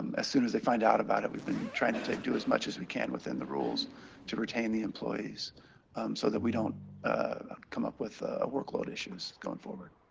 um as soon as they find out about it. we've been trying to to do as much as we can within the rules to retain the employees so that we don't come up with ah workload issues going forward.